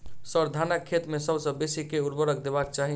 sir, धानक खेत मे सबसँ बेसी केँ ऊर्वरक देबाक चाहि